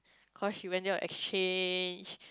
cause she went there on exchange